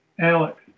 Alex